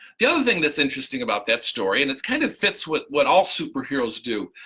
the other thing that's interesting about that story and its kind of fits with what all superheroes do,